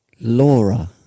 Laura